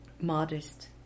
modest